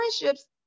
friendships